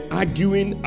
arguing